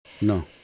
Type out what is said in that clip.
No